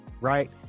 right